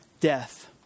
death